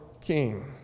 King